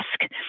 ask